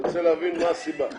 אני רוצה להבין מה הסיבה.